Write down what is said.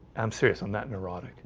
i'm serious. i'm not neurotic